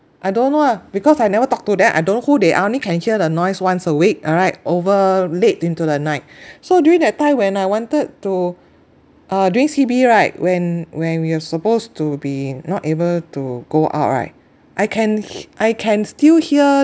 I don't know ah because I never talk to them I don't know who they are I only can hear the noise once a week alright over late into the night so during that time when I wanted to uh during C_B right when when we are supposed to be not able to go out right I can he~ I can still hear